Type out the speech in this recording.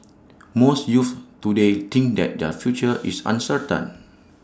most youths today think that their future is uncertain